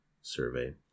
survey